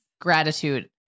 gratitude